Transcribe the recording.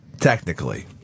Technically